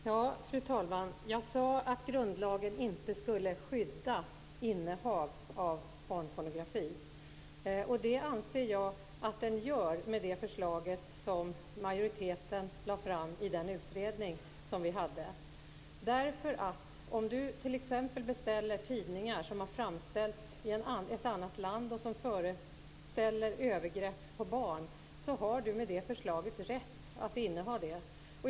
Fru talman! Jag sade att grundlagen inte skulle skydda innehav av barnpornografi. Det anser jag att den gör i och med det förslag som majoriteten lade fram i den utredning som har gjorts. Om man t.ex. beställer tidningar som har framställts i ett annat land med bilder som föreställer övergrepp mot barn har man enligt det förslaget rätt att inneha dessa.